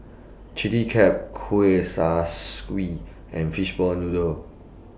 Chilli Crab Kueh Kaswi and Fishball Noodle